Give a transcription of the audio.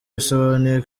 bisobanuye